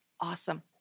awesome